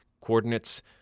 coordinates